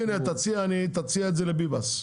תציע את זה לביבס.